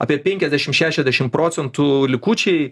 apie penkiasdešimt šešiasdešimt procentų likučiai